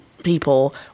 People